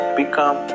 become